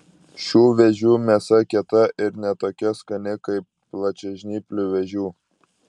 šių vėžių mėsa kieta ir ne tokia skani kaip plačiažnyplių vėžių